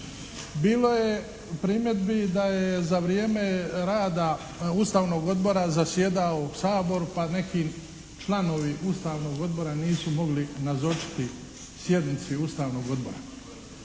Bilo je primjedbi da je za vrijeme rada Ustavnog odbora zasjedao Sabor pa neki članovi Ustavnog odbora nisu mogli nazočiti sjednici Ustavnog odbora,